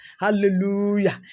Hallelujah